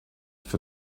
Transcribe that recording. for